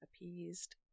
appeased